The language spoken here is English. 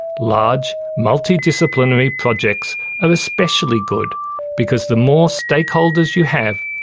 large multi-disciplinary projects are especially good because the more stakeholders you have,